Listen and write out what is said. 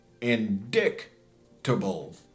Indictable